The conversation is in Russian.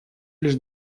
лишь